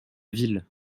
ville